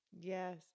Yes